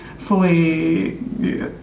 fully